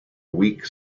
weak